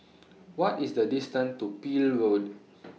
What IS The distance to Peel Road